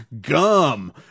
gum